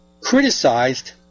criticized